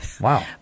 Wow